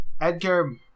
Edgar